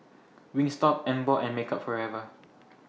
Wingstop Emborg and Makeup Forever